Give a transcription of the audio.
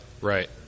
Right